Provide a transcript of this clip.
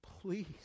please